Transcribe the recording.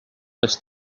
les